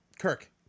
Kirk